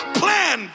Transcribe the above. plan